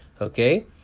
okay